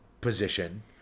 position